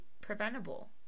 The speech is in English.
preventable